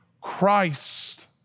Christ